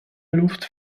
luft